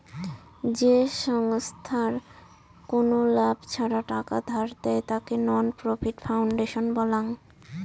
যে ছংস্থার কোনো লাভ ছাড়া টাকা ধার দেয়, তাকে নন প্রফিট ফাউন্ডেশন বলাঙ্গ